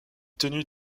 tenue